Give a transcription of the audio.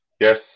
yes